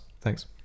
thanks